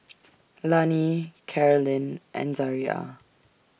Lani Carolynn and Zaria